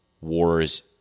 wars